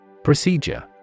Procedure